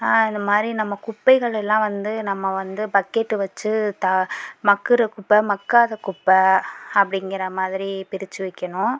இந்த மாதிரி நம்ம குப்பைகளெல்லாம் வந்து நம்ம வந்து பக்கெட் வச்சு மக்குற குப்பை மக்காத குப்பை அப்படிங்கற மாதிரி பிரிச்சு வைக்கணும்